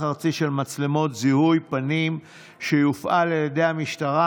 ארצי של מצלמות זיהוי פנים שיופעל על ידי המשטרה,